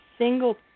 single